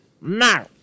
No